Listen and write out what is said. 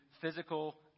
physical